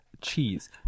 Cheese